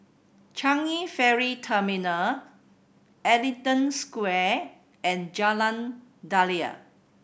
Changi Ferry Terminal Ellington Square and Jalan Daliah